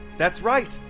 that's right!